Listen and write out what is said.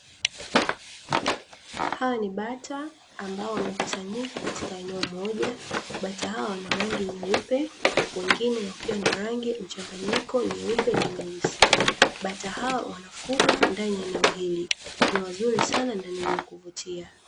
Hawa ni bata ambao wamekusanyika katika eneo moja, bata hao wana rangi nyeupe wengine wakiwa na rangi mchanganyiko nyeupe na nyeusi, bata hao wanafungwa ndani ya eneo hili ni wazuri sana na ni wenye kuvutia.